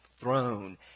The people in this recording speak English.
throne